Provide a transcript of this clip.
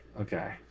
okay